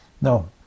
no